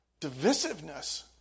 divisiveness